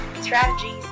strategies